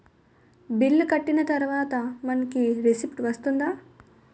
Bill కట్టిన తర్వాత మనకి రిసీప్ట్ వస్తుందా?